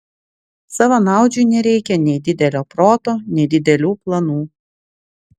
savanaudžiui nereikia nei didelio proto nei didelių planų